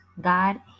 God